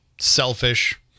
selfish